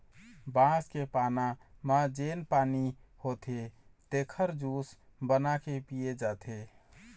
बांस के पाना म जेन पानी होथे तेखर जूस बना के पिए जाथे